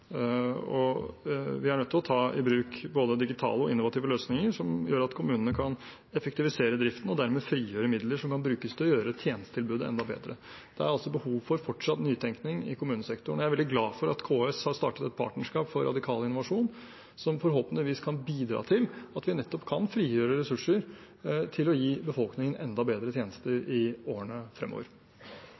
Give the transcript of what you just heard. Vi er nødt til å ta i bruk både digitale og innovative løsninger som gjør at kommunene kan effektivisere driften og dermed frigjøre midler som kan brukes til å gjøre tjenestetilbudet enda bedre. Det er altså behov for fortsatt nytenkning i kommunesektoren. Jeg er veldig glad for at KS har startet et partnerskap for radikal innovasjon, som forhåpentligvis kan bidra til at vi nettopp kan frigjøre ressurser til å gi befolkningen enda bedre tjenester i årene fremover.